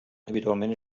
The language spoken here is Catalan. habitualment